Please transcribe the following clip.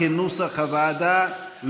כנוסח הוועדה.